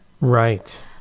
Right